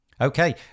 Okay